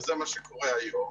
וזה מה שקורה היום,